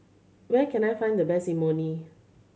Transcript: where can I find the best Imoni